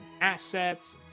assets